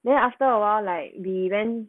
then after awhile like we went